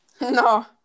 No